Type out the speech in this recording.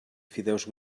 fideus